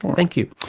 thank you.